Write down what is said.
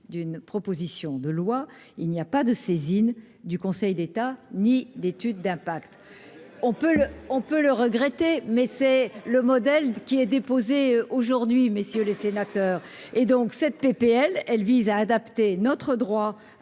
d'une proposition de loi, il n'y a pas de saisine du Conseil d'État, ni d'étude d'impact, on peut, on peut le regretter, mais c'est le modèle qui est déposé aujourd'hui, messieurs les sénateurs et donc cette PPL, elle vise à adapter notre droit